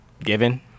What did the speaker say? Given